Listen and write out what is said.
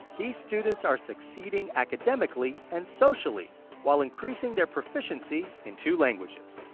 these students are succeeding academically and socially while increasing their proficiency in two languages.